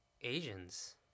Asians